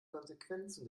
konsequenzen